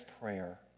prayer